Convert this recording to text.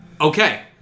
Okay